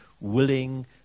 willing